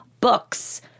books